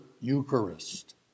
Eucharist